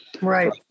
Right